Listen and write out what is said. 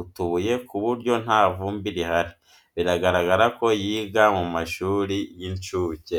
utubuye ku buryo nta vumbi rihari. Biragaragara ko yiga mu mashuri y'inshuke.